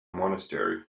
monastery